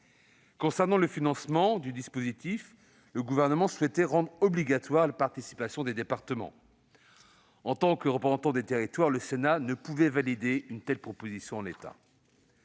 concerne le financement du dispositif, le Gouvernement souhaitait rendre obligatoire la participation des départements. En tant que représentant des territoires, le Sénat ne pouvait valider une telle proposition en l'état.